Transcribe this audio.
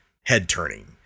head-turning